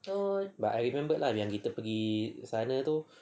but I remembered lah yang kita pergi sana tu